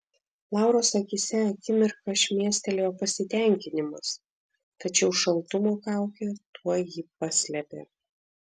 lauros akyse akimirką šmėstelėjo pasitenkinimas tačiau šaltumo kaukė tuoj jį paslėpė